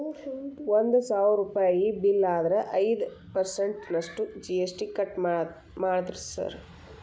ಒಂದ್ ಸಾವ್ರುಪಯಿ ಬಿಲ್ಲ್ ಆದ್ರ ಐದ್ ಪರ್ಸನ್ಟ್ ನಷ್ಟು ಜಿ.ಎಸ್.ಟಿ ಕಟ್ ಮಾದ್ರ್ಸ್